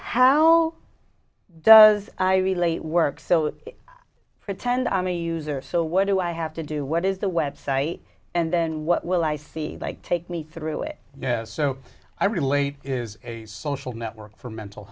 how does i really work so pretend i'm a user so what do i have to do what is the website and then what will i see take me through it yeah so i relate is a social network for mental